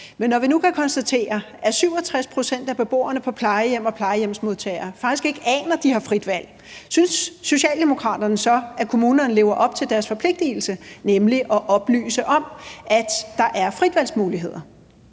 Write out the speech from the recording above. når vi nu kan konstatere, at 67 pct. af beboerne på plejehjem og hjemmehjælpsmodtagere faktisk ikke aner, at de har frit valg, synes Socialdemokraterne så, at kommunerne lever op til deres forpligtelse, nemlig til at oplyse om, at der er fritvalgsmuligheder?